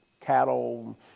cattle